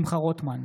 שמחה רוטמן,